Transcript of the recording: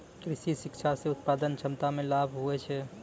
कृषि शिक्षा से उत्पादन क्षमता मे लाभ हुवै छै